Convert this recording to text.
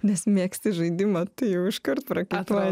nes mėgsti žaidimą atėjau iškart palikti atakuoja